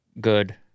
Good